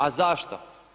A zašto?